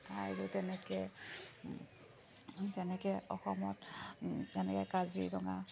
ঠাইৰো তেনেকৈ যেনেকৈ অসমত তেনেকৈ কাজিৰঙা